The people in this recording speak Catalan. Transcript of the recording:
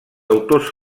autors